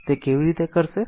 તો તે કેવી રીતે કરશે